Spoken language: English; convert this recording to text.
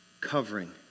covering